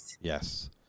Yes